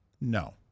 No